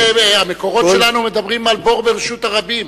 המקורות שלנו מדברים על בור ברשות הרבים.